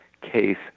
case